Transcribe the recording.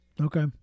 okay